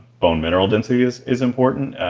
bone mineral density is is important.